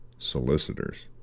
solicitors.